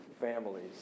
families